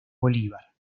bolívar